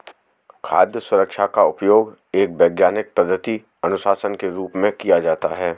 खाद्य सुरक्षा का उपयोग एक वैज्ञानिक पद्धति अनुशासन के रूप में किया जाता है